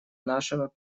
нашего